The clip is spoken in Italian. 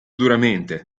duramente